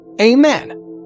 Amen